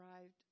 arrived